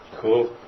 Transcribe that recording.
Cool